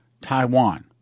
Taiwan